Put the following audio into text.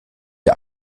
der